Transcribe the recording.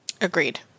Agreed